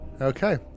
Okay